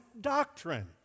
doctrine